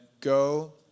go